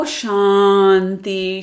shanti